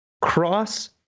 Cross